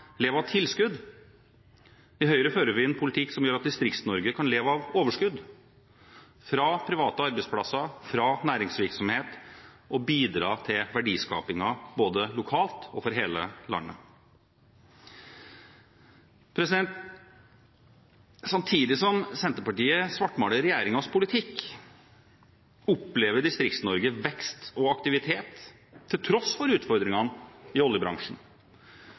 kan leve av overskudd fra private arbeidsplasser og fra næringsvirksomhet og bidra til verdiskapingen både lokalt og for hele landet. Samtidig som Senterpartiet svartmaler regjeringens politikk, opplever Distrikts-Norge vekst og aktivitet, til tross for utfordringene i oljebransjen.